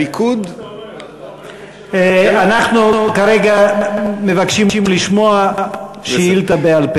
אנחנו כרגע מבקשים לשמוע שאילתה דחופה.